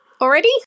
already